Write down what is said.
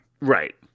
Right